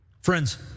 Friends